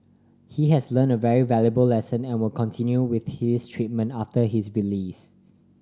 he has learnt a very valuable lesson and will continue with his treatment after his release